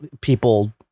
people